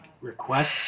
requests